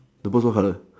the bird what colour